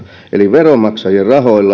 veronmaksajien rahoilla